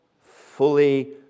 fully